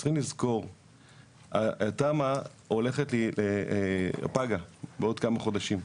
צריכים לזכור, התמ"א פגה בעוד כמה חודשים.